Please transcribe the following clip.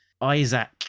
Isaac